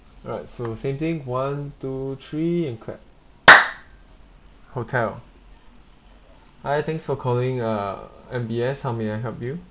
alright so same thing one two three and clap hotel hi thanks for calling uh M_B_S how may I help you